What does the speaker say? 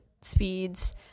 speeds